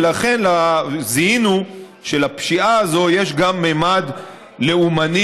ולכן זיהינו שלפשיעה הזו יש גם ממד לאומני.